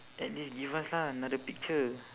at least give us lah another picture